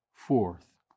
Fourth